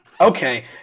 Okay